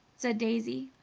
said daisy.